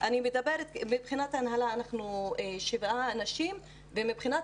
מבחינת ההנהלה אנחנו שבעה אנשים ומבחינת